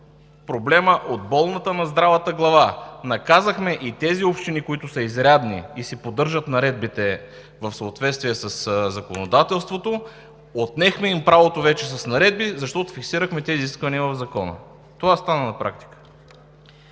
проблема от болната на здравата глава – наказахме и тези общини, които са изрядни и си поддържат наредбите в съответствие със законодателството, отнехме им правото вече с наредби, защото фиксирахме тези изисквания в закона. Това стана на практика.